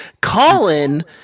Colin